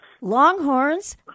Longhorns